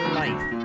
life